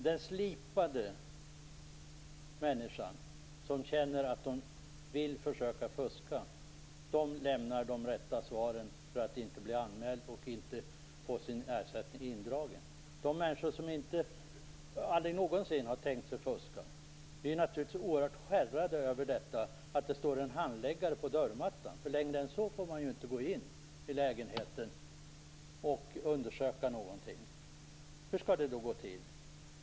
De slipade människorna, som känner att de vill försöka fuska, lämnar de rätta svaren för att inte bli anmälda och få sin ersättning indragen. De människor som aldrig någonsin har tänkt fuska blir naturligtvis oerhört skärrade över att det står en handläggare på dörrmattan. Längre än så får man ju inte gå in i lägenheten och undersöka någonting. Hur skall detta gå till?